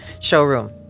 showroom